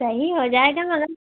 सही हो जाएगा मगर